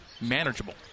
manageable